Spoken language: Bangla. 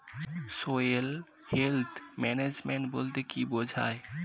সয়েল হেলথ ম্যানেজমেন্ট বলতে কি বুঝায়?